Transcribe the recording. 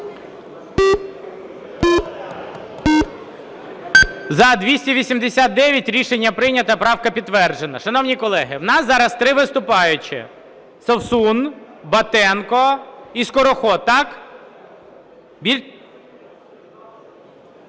За-289 Рішення прийнято, правка підтверджена. Шановні колеги, в нас зараз три виступаючі: Совсун, Батенко і Скороход. Так? Совсун